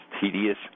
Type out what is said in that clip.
tedious